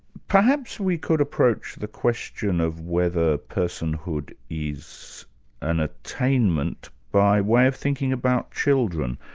perhaps we could approach the question of whether personhood is an attainment by way of thinking about children.